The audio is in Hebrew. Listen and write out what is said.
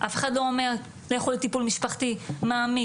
אף אחד לא אומר לכו לטיפול משפחתי מעמיק,